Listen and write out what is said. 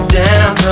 down